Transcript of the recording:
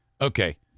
Okay